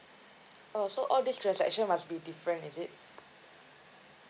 orh so all these transaction must be different is it